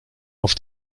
auf